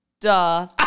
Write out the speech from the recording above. Duh